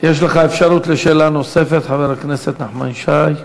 יש לך אפשרות לשאלה נוספת, חבר הכנסת נחמן שי.